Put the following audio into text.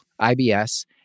IBS